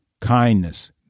kindness